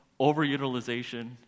overutilization